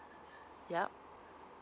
yup